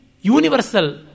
universal